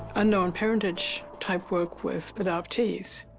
unknown parentage type work with adoptees.